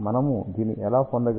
మనము దీన్ని ఎలా పొందగలం